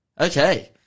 Okay